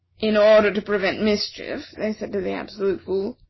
in order to prevent mischief, they said to the absolute fool,